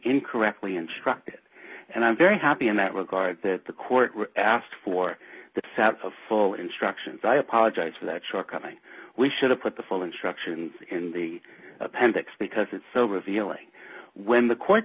incorrectly instructed and i'm very happy in that regard that the court asked for the sets of full instructions i apologize for that shortcoming we should have put the full instructions in the appendix because it's so revealing when the court